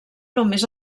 només